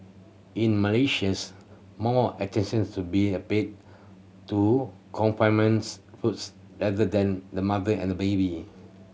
in Malaysia more more attention's to be a paid to confinements foods rather than the mother and baby